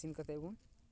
ᱤᱥᱤᱱ ᱠᱟᱛᱮ ᱵᱩᱱ